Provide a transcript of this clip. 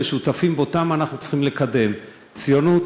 משותפים ואותם אנחנו צריכים לקדם: ציונות,